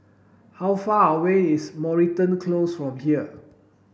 how far away is Moreton Close from here